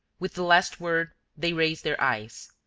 with the last word they raised their eyes,